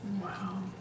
Wow